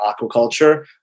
aquaculture